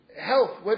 health